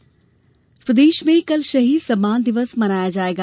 शहीद सम्मान प्रदेश में कल शहीद सम्मान दिवस मनाया जायेगा